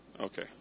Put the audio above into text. Okay